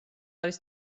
არის